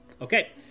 Okay